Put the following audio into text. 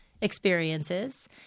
experiences